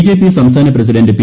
BJP സംസ്ഥാന president P